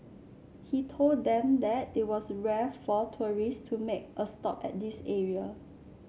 he told them that it was rare for tourists to make a stop at this area